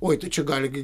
oi tai čia gali gi